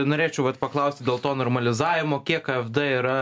norėčiau vat paklausti dėl to normalizavimo kiek afd yra